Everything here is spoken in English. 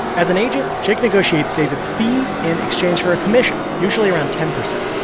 as an agent, jake negotiates david's fee in exchange for a commission, usually around ten percent.